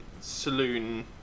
saloon